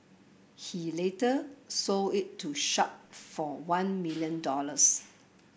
he later sold it to Sharp for one million dollars